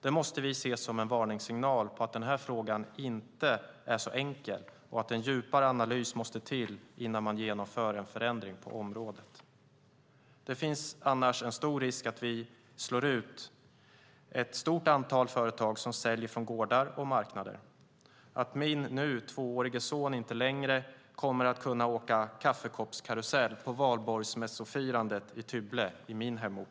Det måste vi se som en varningssignal om att denna fråga inte är så enkel och att en djupare analys måste till innan man genomför en förändring på området. Det finns annars en stor risk att vi slår ut ett stort antal företag som säljer från gårdar och på marknader och att min nu tvåårige son inte längre kommer att kunna åka kaffekoppskarusell på valborgsmässofirandet i Tybble, i min hemort.